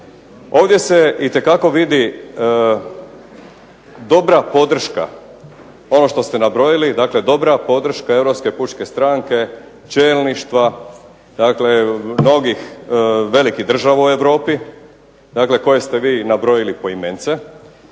Ovdje se itekako vidi dobra podrška ono što ste nabrojili, dakle dobra podrška europske pučke stranke, čelništva, dakle mnogih velikih država u Europi, dakle koji ste vi nabrojili poimence,